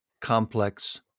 complex